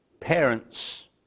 parents